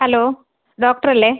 hello doctor അല്ലേ